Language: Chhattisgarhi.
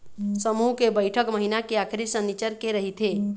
समूह के बइठक महिना के आखरी सनिच्चर के रहिथे